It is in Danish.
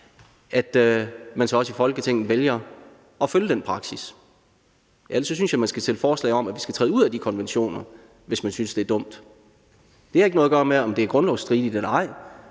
at man så også i Folketinget vælger at følge den praksis. Ellers synes jeg, man skal stille forslag om, at vi skal træde ud af de konventioner, hvis man synes, det er dumt. Det har ikke noget at gøre med, om det er grundlovsstridigt eller ej.